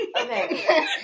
Okay